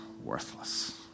worthless